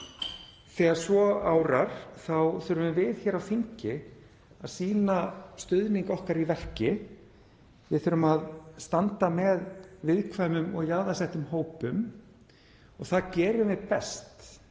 Þegar svo árar þurfum við hér á þingi að sýna stuðning okkar í verki. Við þurfum að standa með viðkvæmum og jaðarsettum hópum og það gerum við best, við